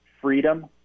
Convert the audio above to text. freedom